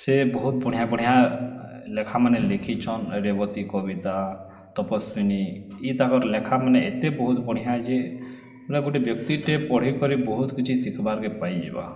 ସେ ବହୁତ୍ ବଢ଼ିଆ ବଢ଼ିଆ ଲେଖାମାନେ ଲେଖିଛନ୍ ରେବତୀ କବିତା ତପସ୍ଵିନୀ ଇ ତାଙ୍କର୍ ଲେଖାମାନେ ଏତେ ବହୁତ୍ ବଢ଼ିଆ ଯେ ହେଲେ ଗୋଟେ ବ୍ୟକ୍ତିଟେ ପଢ଼ିକରି ବହୁତ୍ କିଛି ଶିଖବାର୍ କେ ପାଇଯିବା